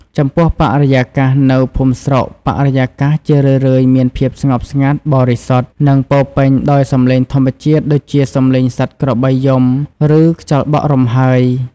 ចំពោះ បរិយាកាស នៅភូមិស្រុកបរិយាកាស ជារឿយៗមានភាពស្ងប់ស្ងាត់ បរិសុទ្ធ និងពោរពេញដោយសំឡេងធម្មជាតិដូចជាសំឡេងសត្វបក្សីយំ ឬខ្យល់បក់រំហើយ។